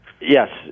yes